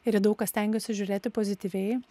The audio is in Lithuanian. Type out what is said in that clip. ir į daug ką stengiuosi žiūrėti pozityviai